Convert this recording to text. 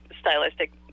stylistic